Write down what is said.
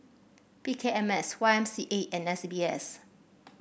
P K M S Y M C A and S B S